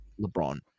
LeBron